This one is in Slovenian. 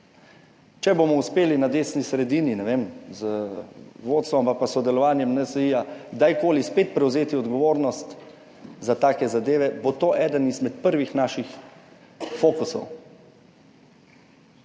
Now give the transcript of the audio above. Če bomo uspeli na desni sredini, ne vem, z vodstvom ali pa s sodelovanjem NSi kdajkoli spet prevzeti odgovornost za take zadeve, bo to eden izmed prvih naših fokusov.